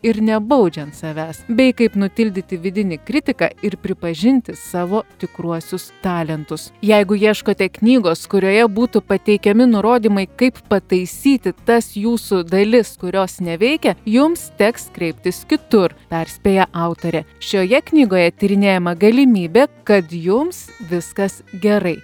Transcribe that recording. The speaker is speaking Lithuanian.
ir nebaudžiant savęs bei kaip nutildyti vidinį kritiką ir pripažinti savo tikruosius talentus jeigu ieškote knygos kurioje būtų pateikiami nurodymai kaip pataisyti tas jūsų dalis kurios neveikia jums teks kreiptis kitur perspėja autorė šioje knygoje tyrinėjama galimybė kad jums viskas gerai